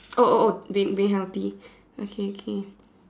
oh oh oh being being healthy okay okay